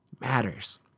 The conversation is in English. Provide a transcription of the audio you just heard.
Matters